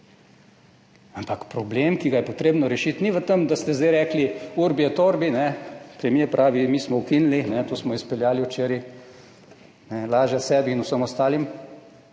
Ampak problem, ki ga je potrebno rešiti, ni v tem, da ste zdaj rekli, urbi et orbi, premier pravi, mi smo ukinili, to smo izpeljali včeraj, laže sebi in vsem ostalim,